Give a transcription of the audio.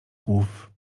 głów